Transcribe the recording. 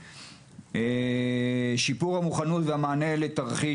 ה׳ - בנושא של שיפור המוכנות והמענה לתרחישי